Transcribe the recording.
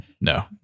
No